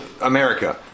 America